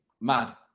Mad